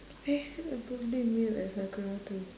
eh a birthday meal at sakura too